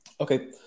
okay